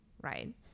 right